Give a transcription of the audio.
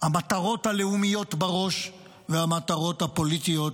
המטרות הלאומיות בראש והמטרות הפוליטיות